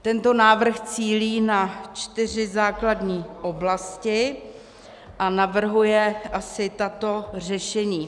Tento návrh cílí na čtyři základní oblasti a navrhuje asi tato řešení.